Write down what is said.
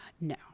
No